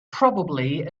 probably